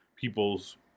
people's